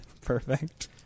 Perfect